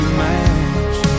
match